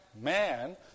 man